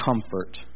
comfort